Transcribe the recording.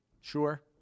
Sure